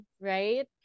right